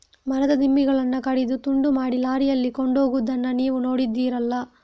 ಮರದ ದಿಮ್ಮಿಗಳನ್ನ ಕಡಿದು ತುಂಡು ಮಾಡಿ ಲಾರಿಯಲ್ಲಿ ಕೊಂಡೋಗುದನ್ನ ನೀವು ನೋಡಿದ್ದೀರಲ್ಲ